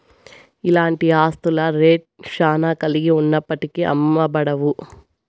ఇలాంటి ఆస్తుల రేట్ శ్యానా కలిగి ఉన్నప్పటికీ అమ్మబడవు